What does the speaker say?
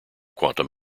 quantum